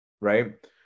Right